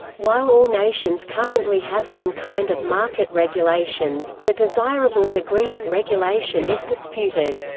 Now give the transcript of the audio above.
while all nations currently have some kind of market regulations, the desirable degree of regulation is disputed.